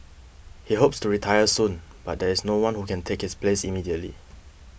he hopes to retire soon but there is no one who can take his place immediately